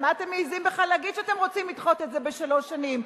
על מה אתם מעזים בכלל להגיד שאתם רוצים לדחות את זה בשלוש שנים?